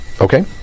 Okay